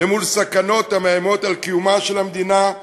ומול סכנות המאיימות על קיומה של המדינה.